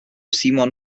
simon